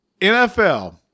NFL